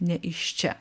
ne iš čia